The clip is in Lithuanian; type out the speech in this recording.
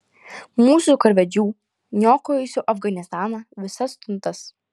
mūsų karvedžių niokojusių afganistaną visas tuntas